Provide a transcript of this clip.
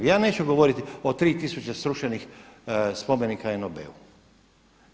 Ja neću govoriti o 3000 srušenih spomenika NOB-u.